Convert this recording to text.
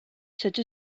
cette